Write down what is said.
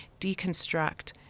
deconstruct